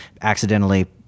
accidentally